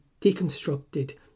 deconstructed